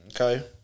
Okay